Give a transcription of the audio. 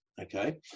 Okay